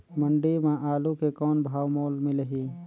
मंडी म आलू के कौन भाव मोल मिलही?